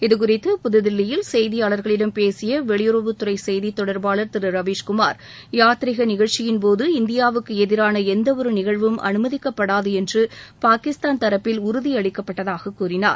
இதுகுறித்து புதுதில்லியில் செய்தியாளர்களிடம் பேசிய வெளியுறவுத் துறை செய்தி தொடர்பாளர் திரு ரவீஸ் குமார் யாத்திரீக நிகழ்ச்சியின்போது இந்தியாவுக்கு எதிரான எந்தவொரு நிகழ்வும் அலுமதிக்கப்படாது என்று பாகிஸ்தான் தரப்பில் உறுதி அளிக்கப்பட்டதாக கூறினார்